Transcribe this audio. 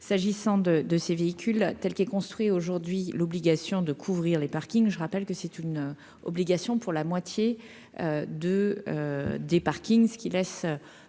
s'agissant de de ces véhicules tels qu'est construit, aujourd'hui l'obligation de couvrir les parkings, je rappelle que c'est une. Obligation pour la moitié de des parkings, ce qui laisse